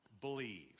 believe